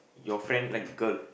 your friend like the girl